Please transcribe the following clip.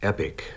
Epic